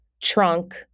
trunk